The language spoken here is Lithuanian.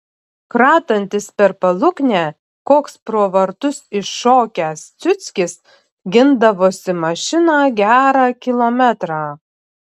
kratantis per paluknę koks pro vartus iššokęs ciuckis gindavosi mašiną gerą kilometrą